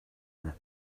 are